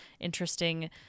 interesting